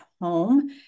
home